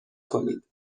کنید